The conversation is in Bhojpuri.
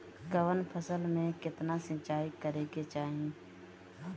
कवन फसल में केतना सिंचाई करेके चाही?